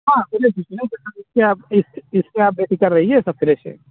ہاں فریش ہے اِس سے اِس سے آپ بے فکر رہیے سب فریش ہے